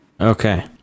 Okay